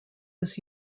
his